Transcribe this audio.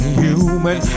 human